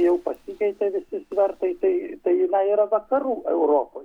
jau pasikeitė visi svertai tai tai na yra vakarų europoj